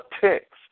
text